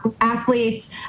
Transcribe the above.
athletes